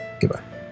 Goodbye